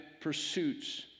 pursuits